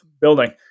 building